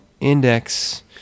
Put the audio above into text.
index